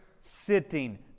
sitting